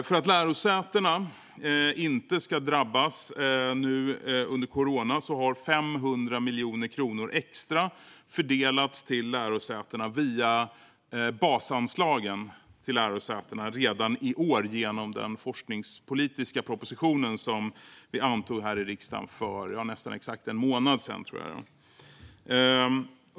För att lärosätena inte ska drabbas nu under corona har 500 miljoner kronor extra fördelats till lärosätena via basanslagen redan i år genom den forskningspolitiska propositionen, som vi antog här i riksdagen för nästan exakt en månad sedan.